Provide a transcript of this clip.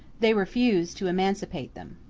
they refuse to emancipate them.